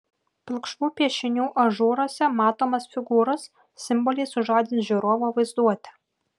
pilkšvų piešinių ažūruose matomos figūros simboliai sužadins žiūrovo vaizduotę